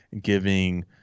giving –